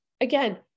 Again